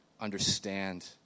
understand